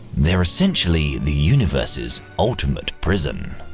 they're essentially the universe's ultimate prison.